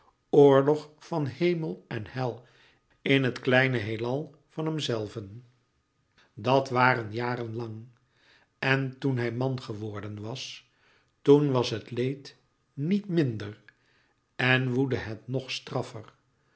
oorlog van hemel en hel in het kleine heelal van hemzelven dat waren jaren lang en toen hij man geworden was toen was het leed niet minder en woedde het nog